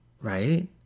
right